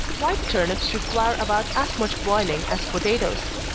white turnips require about as much boiling as potatoes.